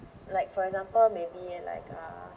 like for example maybe like uh